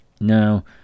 Now